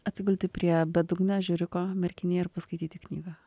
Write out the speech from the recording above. atsigulti prie bedugnio ežeriuko merkinėj ir paskaityti knygą